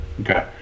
okay